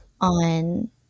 on